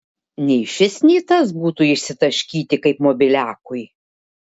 nei šis nei tas būtų išsitaškyti kaip mobiliakui